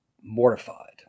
mortified